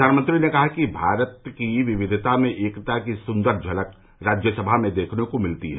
प्रधानमंत्री ने कहा कि भारत की विविता में एकता की सुंदर झलक राज्यसभा में देखने को मिलती है